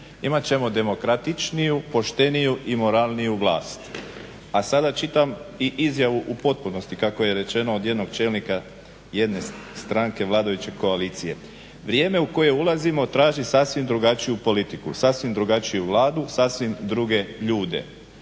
"Imat ćemo demokratičniju, pošteniju i moralniju vlast". A sada čitam i izjavu u potpunosti kako je rečeno od jednog čelnika jedne stranke vladajuće koalicije. "Vrijeme u koje ulazimo traži sasvim drugačiju politiku, sasvim drugačiju Vladu, sasvim druge ljude.